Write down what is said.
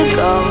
go